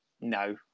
No